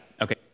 Okay